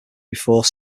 before